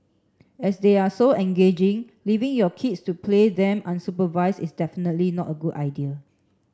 as they are so engaging leaving your kids to play them unsupervised is definitely not a good idea